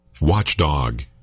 Watchdog